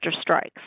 strikes